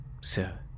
sir